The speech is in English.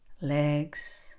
legs